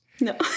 No